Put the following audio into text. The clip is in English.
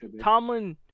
Tomlin